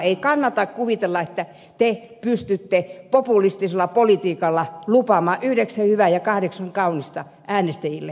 ei kannata kuvitella että te pystytte populistisella politiikalla lupaamaan yhdeksän hyvää ja kahdeksan kaunista äänestäjille